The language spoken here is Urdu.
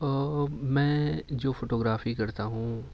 میں جو فوٹو گرافی کرتا ہوں